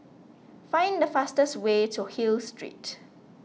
find the fastest way to Hill Street